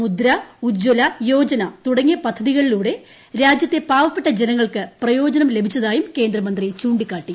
മുദ്ര ഉജ്ജ്വല യോജന തുടങ്ങിയ പദ്ധതികളിലൂടെ രാജ്യത്തെ പാവപ്പെട്ട ജനങ്ങൾക്ക് പ്രയോജനം ലഭിച്ചതായും കേന്ദ്രമന്ത്രി ചൂണ്ടിക്കാട്ടി